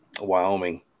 Wyoming